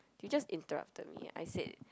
you just interrupted me I said